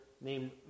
named